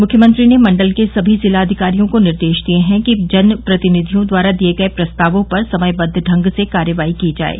मुख्यमंत्री ने मंडल के सभी जिलाधिकारियों को निर्देश दिये हैं कि जनप्रतिनिधियों द्वारा दिये गये प्रस्तावों पर समयबद्व ढंग से कार्रवाई की जाये